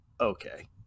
okay